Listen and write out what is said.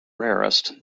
rarest